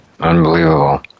Unbelievable